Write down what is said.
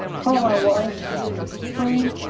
call my wife please